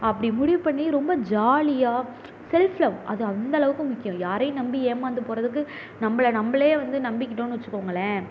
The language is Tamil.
அப்படி முடிவு பண்ணி ரொம்ப ஜாலியாக செல்ஃப் லவ் அது அந்தளவுக்கு முக்கியம் யாரையும் நம்பி ஏமாந்து போகிறதுக்கு நம்மள நம்மளே வந்து நம்பிக்கிட்டோம்ன்னு வெச்சுக்கோங்களேன்